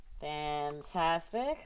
Fantastic